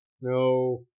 no